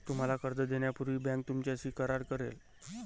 तुम्हाला कर्ज देण्यापूर्वी बँक तुमच्याशी करार करेल